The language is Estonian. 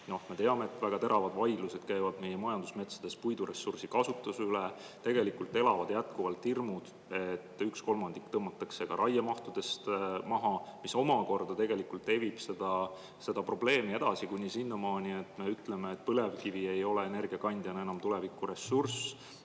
Me teame, et väga teravad vaidlused käivad majandusmetsade puiduressursi kasutuse üle. Jätkuvalt elavad hirmud, et üks kolmandik tõmmatakse raiemahtudest maha, mis omakorda viib seda probleemi edasi, kuni sinnamaani, et me ütleme, et põlevkivi ei ole energiakandjana enam tulevikuressurss.